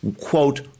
quote